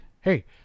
Hey